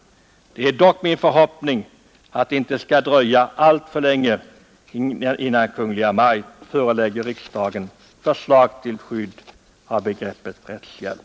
Det är dock min förhoppning att det inte skall dröja alltför länge innan Kungl. Maj:t förelägger riksdagen förslag till skydd av begreppet rättshjälp.